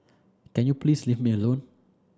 can you please leave me alone